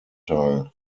teil